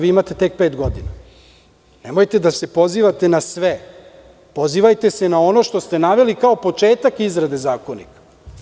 Vi imate tek pet godina, nemojte da se pozivate na sve, pozivajte se na ono što ste naveli kao početak izrade zakona.